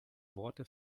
worte